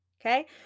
Okay